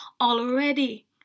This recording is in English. already